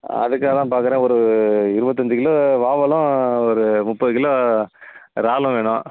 அதுக்காக தான் பார்க்குறேன் ஒரு இருபத்தஞ்சி கிலோ வாவலும் ஒரு முப்பது கிலோ இறாலும் வேணும்